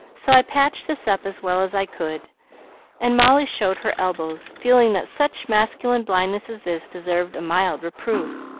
so i patched this up as well as i could and molly showed her elbows, feeling that such masculine blindness as this deserved a mild reproof.